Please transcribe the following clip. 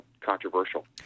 controversial